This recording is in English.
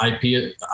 IP